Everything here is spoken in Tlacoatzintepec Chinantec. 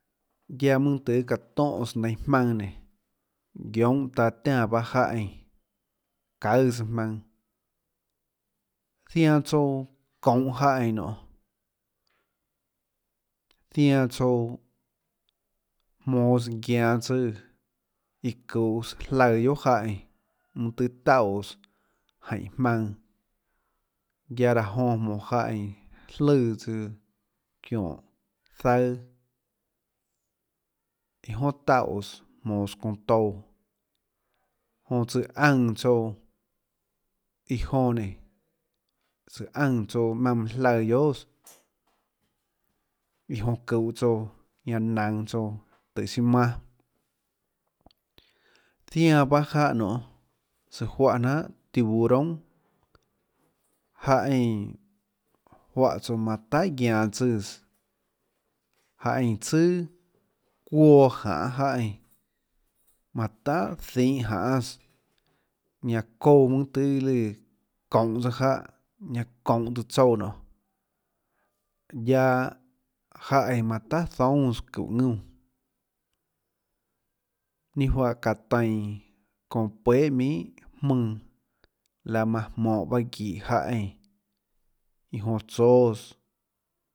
Guiaâ mønâ tøâ çaã tóhãs nainhå jmaønã nénå guionhâ taã tiánã jáhã eínãçaùsâ jamønã zianã tsouã çoúnhå jáhã eínã nonê zianã tsouã jmoås guianå tsùã iã çuhås jlaã guiohà jáhã eínã mønâ tøê tauès jáinå jmaønã guiaâ laã jonã jmoå jáhã éinã jlùã tsøã çióhã zaøâ iâ joà tauès jmoås çounã touã jonã tsøã aùnã tsouã iã jonã nénå tsøã aùnã tsouã maùnã mønã jlaã guiohà iã jonã çuhå tsouã ñanã naønå tsouã siâ manâ, zianã paâ jáhã nionê tsøã juáhã jnanhà tiburón jáhã éinã juáhã tsouã manã tahà guianå tsùãs jáhã éinã tsùà çuoã janê jáhã éinã manã tahà zihå janê jáhã éinã ñanã çouã mønâ tøê çounhå jáhã çounhå tsøã tsouã nonê jáhã éinã manã tahà zoúnâs çúhå ðñúnã ninâ juáhã çaã tainã çounã puehà minhà jmønã laã manã jmøhå paâ guihå jáhã éinã, iã jonã tsóâs.